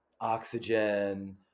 oxygen